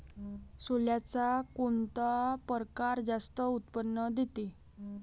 सोल्याचा कोनता परकार जास्त उत्पन्न देते?